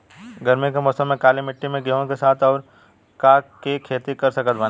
गरमी के मौसम में काली माटी में गेहूँ के साथ और का के खेती कर सकत बानी?